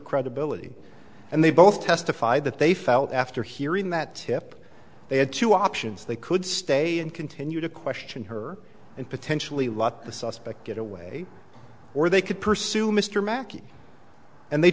credibility and they both testified that they felt after hearing that tip they had two options they could stay and continue to question her and potentially a lot the suspect get away or they could pursue mr makki and they